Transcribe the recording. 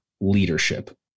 leadership